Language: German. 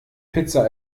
pizza